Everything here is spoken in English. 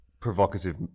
provocative